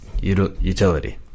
utility